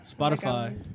Spotify